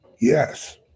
Yes